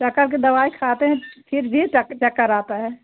चक्कर की दवाई खाते हैं फिर भी चक्कर आती है